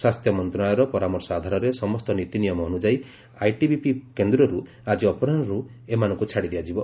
ସ୍ୱାସ୍ଥ୍ୟ ମନ୍ତ୍ରଣାଳୟର ପରାମର୍ଶ ଆଧାରରେ ସମସ୍ତ ନୀତିନିୟମ ଅନୁଯାଇ ଆଇଟିବିପି କେନ୍ଦ୍ରରୁ ଆଜି ଅପରାହ୍ୱରୁ ଏମାନଙ୍କୁ ଛାଡି ଦିଆଯିବ